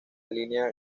línea